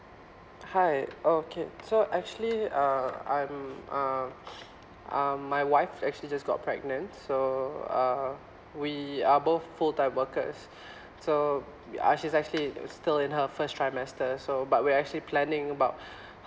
hi okay so actually uh I'm uh um my wife actually just got pregnant so uh we are both full time workers so uh she's actually still in her first trimester so but we're actually planning about